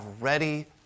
ready